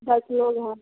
दस लोग हैं